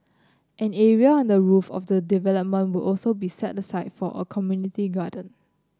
an area on the roof of the development will also be set aside for a community garden